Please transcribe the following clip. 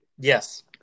Yes